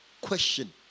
question